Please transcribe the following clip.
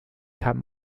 kann